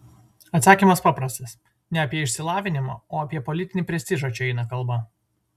atsakymas paprastas ne apie išsilavinimą o apie politinį prestižą čia eina kalba